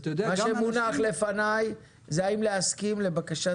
מה שמונח לפניי זה האם להסכים לבקשת